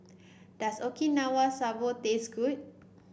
does Okinawa Soba taste good